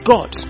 God